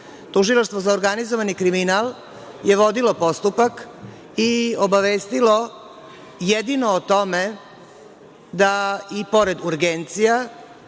godine. Tužilaštvo za organizovani kriminal je vodilo postupak i obavestilo jedino o tome da, i pored urgencija,